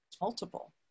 multiple